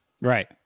right